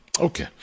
Okay